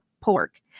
pork